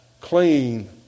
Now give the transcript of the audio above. clean